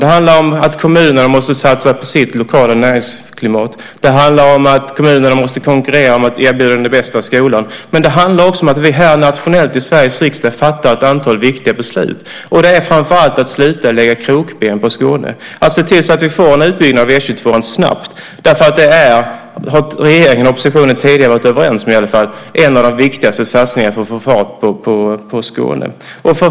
Det handlar om att kommunerna måste satsa på sitt lokala näringsklimat. Det handlar om att kommunerna måste konkurrera om att erbjuda den bästa skolan. Men det handlar också om att vi nationellt, här i Sveriges riksdag, fattar ett antal viktiga beslut, framför allt att sluta lägga krokben för Skåne och se till att vi får en utbyggnad av E 22:an snabbt. Det är nämligen - och det har regeringen och oppositionen i alla fall tidigare varit överens om - en av de viktigaste satsningarna för att få fart på Skåne.